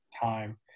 time